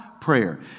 prayer